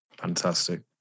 Fantastic